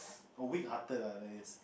a weak hearted ah that is